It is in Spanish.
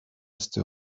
este